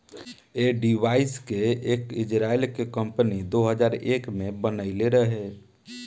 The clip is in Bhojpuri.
ऐ डिवाइस के एक इजराइल के कम्पनी दो हजार एक में बनाइले रहे